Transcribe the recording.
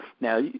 Now